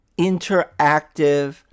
interactive